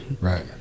Right